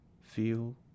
feel